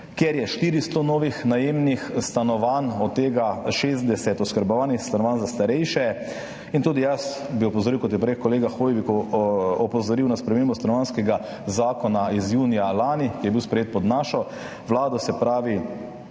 kjer je 400 novih najemnih stanovanj, od tega 60 oskrbovanih stanovanj za starejše. Tudi jaz bi opozoril, kot je prej kolega Hoivik opozoril, na spremembo Stanovanjskega zakona iz junija lani, ki je bila sprejeta pod našo vlado, kjer